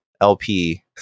LP